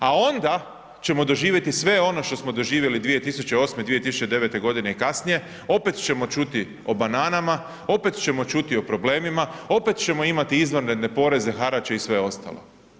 A onda ćemo doživjeti sve ono što smo doživjeli 2008., 2009. godine i kasnije, opet ćemo čuti o bananama, opet ćemo čuti o problemima, opet ćemo imati izvanredne poreze, harače i sve ostalo.